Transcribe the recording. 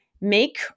Make